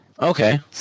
Okay